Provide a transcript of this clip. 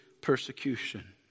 persecution